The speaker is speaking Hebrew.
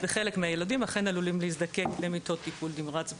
וחלק מהילודים אכן עלולים להזדקק למיטות טיפול נמרץ,